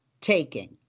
taking